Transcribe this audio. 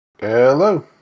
Hello